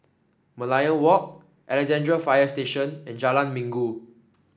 Merlion Walk Alexandra Fire Station and Jalan Minggu